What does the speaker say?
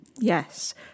Yes